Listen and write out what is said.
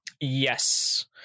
yes